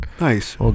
Nice